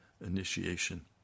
initiation